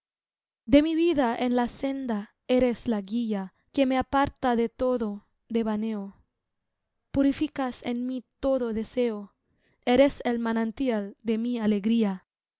de mi vida en la senda eres la guía que me aparta de todo devaneo purificas en mí todo deseo eres el manantial de mi alegría